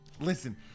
Listen